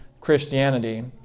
Christianity